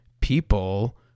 people